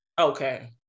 Okay